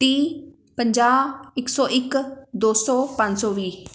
ਤੀਹ ਪੰਜਾਹ ਇੱਕ ਸੌ ਇੱਕ ਦੋ ਸੌ ਪੰਜ ਸੌ ਵੀਹ